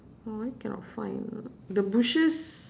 why cannot find the bushes